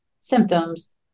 symptoms